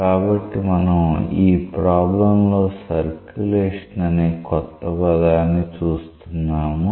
కాబట్టి మనం ఈ ప్రాబ్లం లో సర్క్యూలేషన్ అనే కొత్త పదాన్ని చూస్తున్నాము